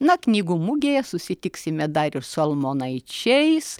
na knygų mugėje susitiksime dar ir su almonaičiais